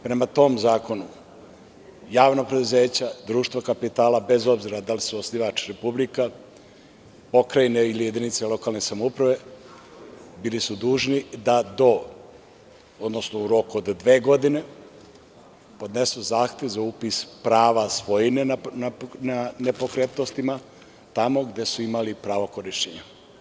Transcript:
Prema tom Zakonu, javno preduzeće, društvo kapitala, bez obzira da li su osnivač republika, pokrajine ili jedinice lokalne samouprave, bili su dužni da do, odnosno u roku od dve godine, podnesu zahtev za upis prava svojine na nepokretnostima, tamo gde su imali pravo korišćenja.